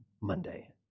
Monday